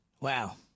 Wow